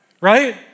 right